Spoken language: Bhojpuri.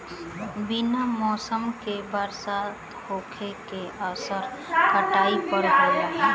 बिना मौसम के बरसात होखे के असर काटई पर होला